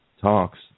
talks